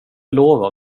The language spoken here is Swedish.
lova